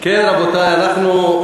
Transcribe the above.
כן, רבותי, אנחנו,